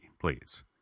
please